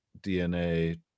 DNA